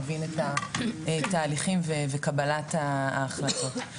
מבין את התהליכים וקבלת ההחלטות.